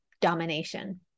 domination